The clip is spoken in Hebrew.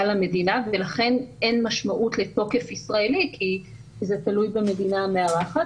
למדינה ולכן אין משמעות לתוקף ישראלי כי זה תלוי במדינה המארחת,